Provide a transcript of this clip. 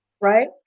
right